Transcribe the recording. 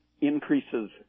increases